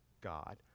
God